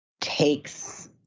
takes